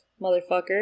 motherfucker